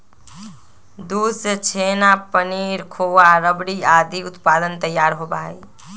दूध से छेना, पनीर, खोआ, रबड़ी आदि उत्पाद तैयार होबा हई